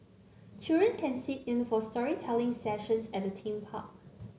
children can sit in for storytelling sessions at the theme park